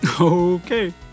Okay